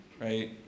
Right